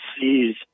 sees